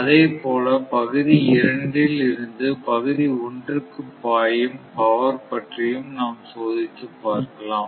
அதேபோல பகுதி இரண்டில் இருந்து பகுதி ஒன்றுக்கு பாயும் பவர் பற்றியும் நாம் சோதித்துப் பார்க்கலாம்